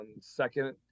second